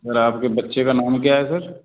sir आपके बच्चे का नाम क्या है सर